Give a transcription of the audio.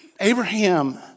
Abraham